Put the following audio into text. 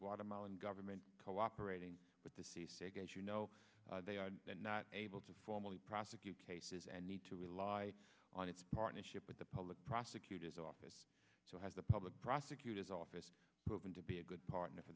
guatemalan government cooperating with the c c against you know they are not able to formally prosecute cases and need to rely on its partnership with the public prosecutor's office so has the public prosecutor's office proven to be a good partner for